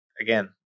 Again